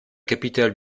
capitale